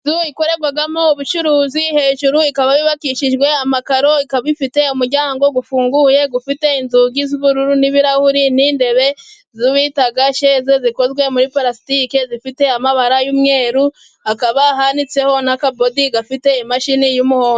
Inzu ikorerwamo ubucuruzi hejuru, ikaba yubakishijwe amakaro. Ikaba ifite umuryango ufunguye ufite inzugi z'ubururu n'ibirahuri n'intebe izi bita sheze, zikozwe muri palasitiki, zifite amabara y'umweru. Hakaba hanitseho n'akabodi gafite imashini y'umuhondo.